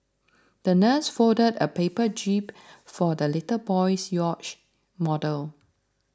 the nurse folded a paper jib for the little boy's yacht model